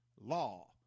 law